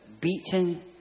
beaten